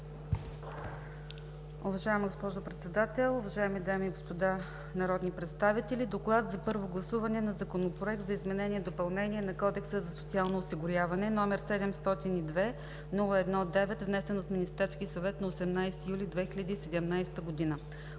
Уважаема госпожо Председател, уважаеми дами и господа народни представители! „ДОКЛАД за първо гласуване на Законопроект за изменение и допълнение на Кодекса за социално осигуряване, № 702-01-9, внесен от Министерски съвет на 18 юли 2017 г.